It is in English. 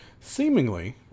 seemingly